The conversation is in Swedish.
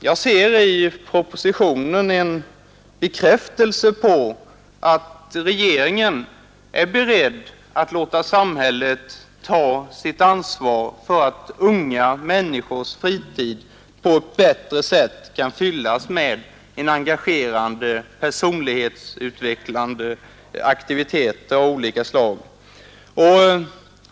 Jag ser i propositionen en bekräftelse på att regeringen är beredd att låta samhället ta sitt ansvar för att unga människors fritid på ett bättre sätt kan fyllas med en engagerande personlighetsutvecklande aktivitet av Nr 88 olika slag.